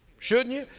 shouldn't you?